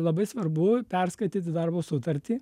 labai svarbu perskaityti darbo sutartį